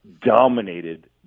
dominated